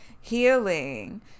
healing